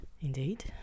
Indeed